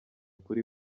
kuri